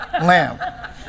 Lamb